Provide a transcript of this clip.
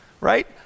Right